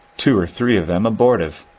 two or three of them abortive,